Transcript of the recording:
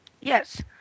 Yes